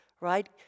right